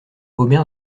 omer